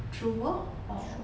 through work or